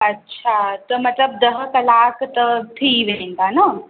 अच्छा त मतिलब ॾह कलाक त थी वेंदा न